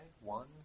one